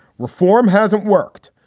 reform hasn't worked.